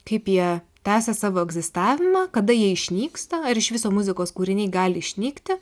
kaip jie tęsia savo egzistavimą kada jie išnyksta ar iš viso muzikos kūriniai gali išnykti